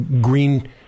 green